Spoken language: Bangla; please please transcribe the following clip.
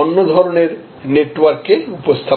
অন্য ধরনের নেটওয়ার্ককে উপস্থাপন করে